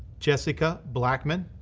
jessica blackman,